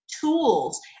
tools